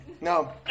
No